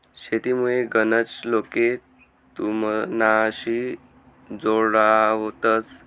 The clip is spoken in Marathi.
शेतीमुये गनच लोके तुमनाशी जोडावतंस